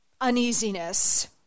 uneasiness